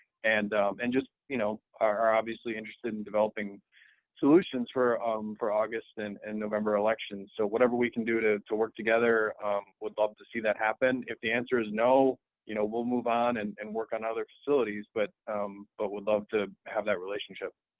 and and just, you know, are obviously interested in developing solutions for um for august and and november elections. so whatever we can do to to work together, i would love to see that happen. if the answer is no, then you know we'll move on and and work on other facilities, but but would love to have that relationship.